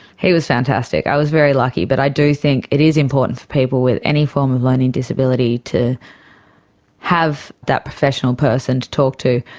he was fantastic, i was very lucky, but i do think it is important for people with any form of learning disability to have that professional person to talk to.